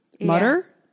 Mutter